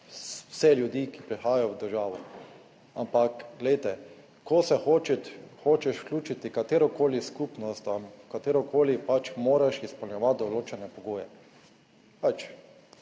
vse ljudi, ki prihajajo v državo. Ampak glejte, ko se hočeš vključiti katerokoli skupnost, katerokoli, pač moraš izpolnjevati določene pogoje,